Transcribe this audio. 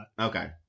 okay